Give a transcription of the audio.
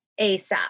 ASAP